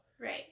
right